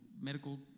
medical